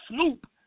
Snoop